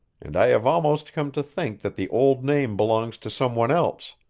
and i have almost come to think that the old name belongs to some one else.